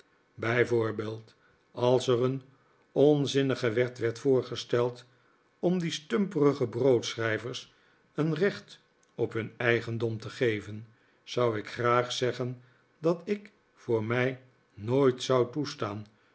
voorbeeld als er een onzinnige wet werd voorgesteld om die stumperige broodschrijvers een recht op hun eigendom te geven zou ik graag zeggen dat ik voor mij nooit zou toestaan